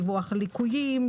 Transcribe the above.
דיווח על ליקויים,